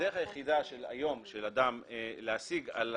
הדרך היחידה היום של אדם להשיג על